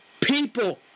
people